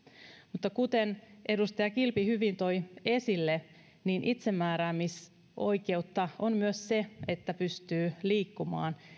mutta kuten edustaja kilpi hyvin toi esille itsemääräämisoikeutta on myös se että pystyy liikkumaan